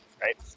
right